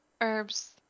herbs